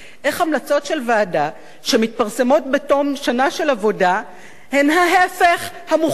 איך המלצות של ועדה שמתפרסמות בתום שנה של עבודה הן ההיפך המוחלט